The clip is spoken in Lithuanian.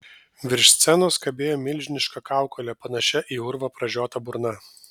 virš scenos kabėjo milžiniška kaukolė panašia į urvą pražiota burna